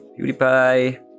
PewDiePie